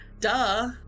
Duh